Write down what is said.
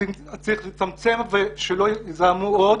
צריך לצמצם כך שלא יזהמו עוד.